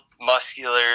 muscular